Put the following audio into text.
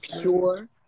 pure